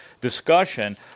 discussion